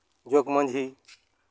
ᱡᱚᱜᱽᱢᱟᱺᱡᱷᱤ